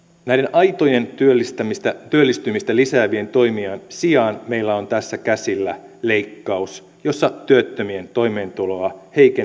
aitojen työllistymistä lisäävien toimien sijaan meillä on tässä käsillä leikkaus jossa työttömien toimeentuloa heikennetään